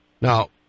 Now